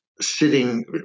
sitting